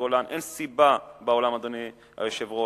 אין סיבה בעולם, אדוני היושב-ראש,